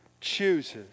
chooses